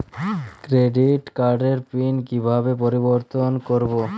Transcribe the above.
Credit কার্ডের pin কিভাবে পরিবর্তন করবো?